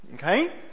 Okay